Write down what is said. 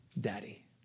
Daddy